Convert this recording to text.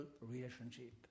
relationship